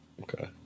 Okay